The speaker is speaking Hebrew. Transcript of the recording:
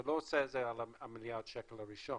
אתה לא עושה את זה על מיליארד השקל הראשון,